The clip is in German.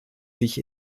sich